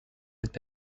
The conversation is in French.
cette